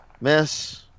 Miss